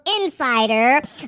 insider